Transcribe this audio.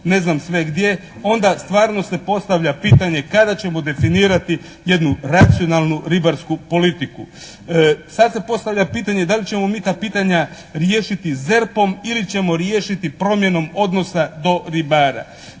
ne znam sve gdje, onda stvarno se postavlja pitanje kada ćemo definirati jednu racionalnu ribarsku politiku? Sad se postavlja pitanje da li ćemo mi ta pitanja riješiti ZERP-om ili ćemo riješiti promjenom odnosa do ribara?